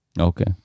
Okay